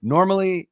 Normally